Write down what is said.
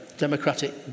Democratic